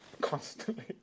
Constantly